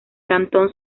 cantón